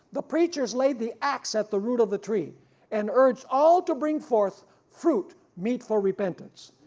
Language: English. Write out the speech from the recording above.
the preachers laid the axe at the root of the tree and urged all to bring forth fruit meet for repentance.